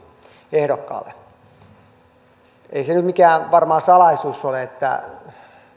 ehdokkaalle on hyvä havainto ei se nyt varmaan mikään salaisuus ole että